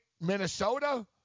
Minnesota